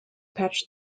patch